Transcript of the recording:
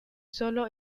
sólo